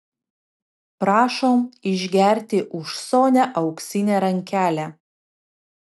prašom išgerti už sonią auksinę rankelę